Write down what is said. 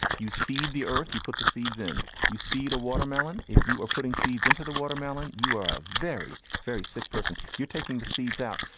you see the earth you put the seeds in you seed a watermelon if you are putting seeds into the watermelon. you are a very very sick person. you're taking the seeds out.